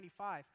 1995